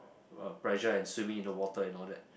uh pressure and swimming in the water and all that